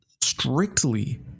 strictly